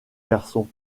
garçon